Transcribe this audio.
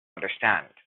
understand